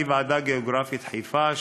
היא ועדה גיאוגרפית חיפה,